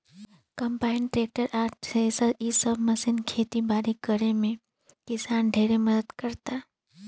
combine, tractor आ thresher इ सब मशीन खेती बारी करे में किसान ढेरे मदद कराता